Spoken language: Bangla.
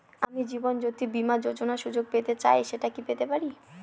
আমি জীবনয্যোতি বীমা যোযোনার সুযোগ পেতে চাই সেটা কি পেতে পারি?